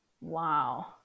Wow